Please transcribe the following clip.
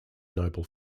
noble